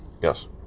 yes